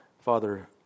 Father